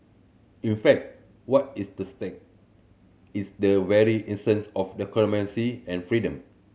in fact what is the stake is the very essence of democracy and freedom